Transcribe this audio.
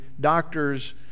doctor's